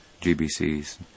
GBCs